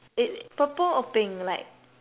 it purple or pink like